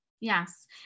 Yes